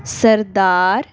ਸਰਦਾਰ